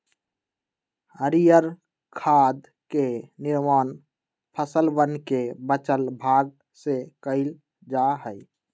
हरीयर खाद के निर्माण फसलवन के बचल भाग से कइल जा हई